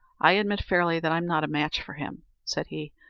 i admit fairly that i'm not a match for him, said he,